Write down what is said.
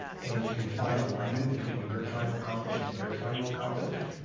and you can find alignment between what you're trying to accomplish and what they're trying to accomplish,